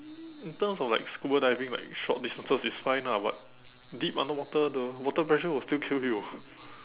in terms of like scuba diving like short distances is fine lah but deep underwater the water pressure will still kill you